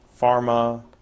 pharma